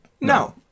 No